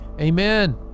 Amen